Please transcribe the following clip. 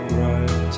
right